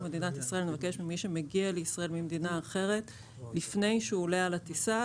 אנחנו נבקש ממי שמגיע לישראל ממדינה אחרת להציג לפני שהוא עולה על הטיסה